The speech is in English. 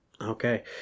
Okay